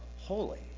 holy